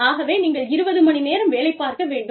ஆகவே நீங்கள் 20 மணி நேரம் வேலை பார்க்க வேண்டும்